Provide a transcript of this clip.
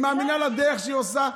היא מאמינה בדרך שהיא עושה.